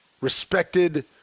respected